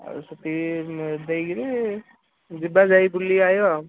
ଆଉ ସେତିକି ଦେଇକିରି ଯିବା ଯାଇ ବୁଲି ଆସିବା ଆଉ